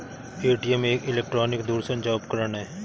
ATM एक electronic दूरसंचार उपकरण है